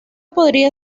podría